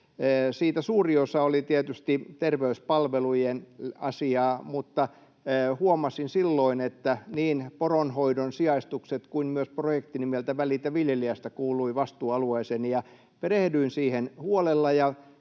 Siitä suuri osa oli tietysti terveyspalvelujen asiaa, mutta huomasin silloin, että niin poronhoidon sijaistukset kuin myös projekti nimeltä Välitä viljelijästä kuuluivat vastuualueeseeni. Perehdyin siihen huolella